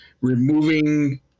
removing